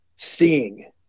seeing